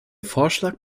vorschlag